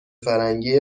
فرنگی